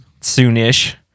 soon-ish